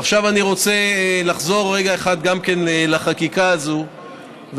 עכשיו אני רוצה לחזור רגע אחד גם לחקיקה הזאת ולומר,